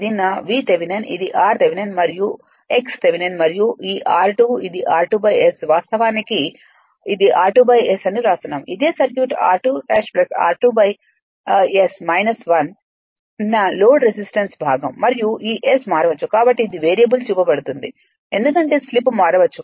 ఇది నా V Thevenin ఇది r థెవెనిన్ మరియు x థెవెనిన్ మరియు ఈ r2 ఇది r2S వాస్తవానికి ఇది r2 S అని వ్రాస్తున్నాము ఇదే సర్క్యూట్ r2 r2 1 S 1 ఇది నా లోడ్ రెసిస్టెన్స్ భాగం మరియు ఈ S మారవచ్చు కాబట్టి ఇది వేరియబుల్ చూపబడుతుంది ఎందుకంటే స్లిప్ మారవచ్చు